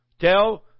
tell